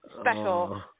special